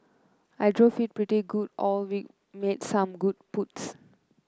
I drove it pretty good all week made some good putts